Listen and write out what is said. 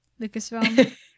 Lucasfilm